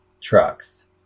trucks